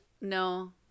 no